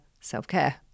self-care